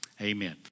Amen